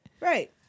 Right